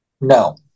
No